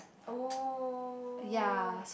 oh